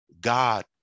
god